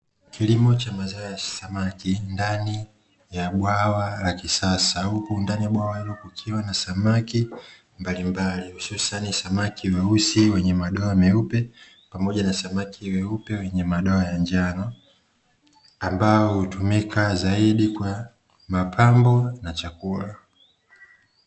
Kilimo cha mazao ya samaki ndani ya bwawa la kisasa, huku ndani ya bwawa hilo kukiwa na samaki mbalimbali, hususani samaki weusi wenye madoa meupe pamoja na samaki weupe wenye madoa ya njano, ambao hutumika zaidi kwa mapambo na chakula.